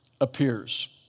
appears